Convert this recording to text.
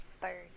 bird